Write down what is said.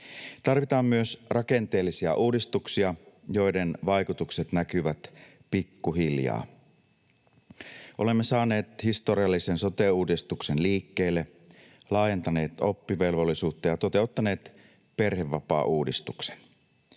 Tarvitaan myös rakenteellisia uudistuksia, joiden vaikutukset näkyvät pikkuhiljaa. Olemme saaneet historiallisen sote-uudistuksen liikkeelle, laajentaneet oppivelvollisuutta ja toteuttaneet perhevapaauudistuksen.